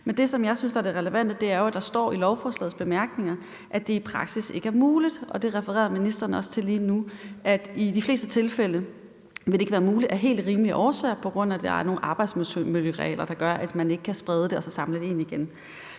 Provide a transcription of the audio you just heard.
Men det, som jeg synes er det relevante, er jo, at der står i lovforslagets bemærkninger, at det i praksis ikke er muligt – det refererede ministeren også til lige nu – altså at det i de fleste tilfælde ikke vil være muligt af helt rimelige årsager, på grund af at der er nogle arbejdsmiljøregler, der gør, at man ikke kan sprede det og så samle det ind igen.